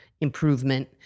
improvement